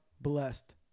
blessed